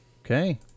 Okay